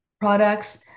products